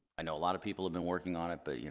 i know a lot of people have been working on it but, you